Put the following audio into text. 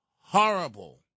horrible